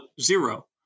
zero